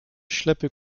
ślepy